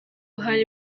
hari